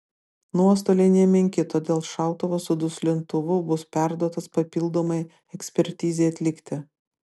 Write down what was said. nuostoliai nemenki todėl šautuvas su duslintuvu bus perduotas papildomai ekspertizei atlikti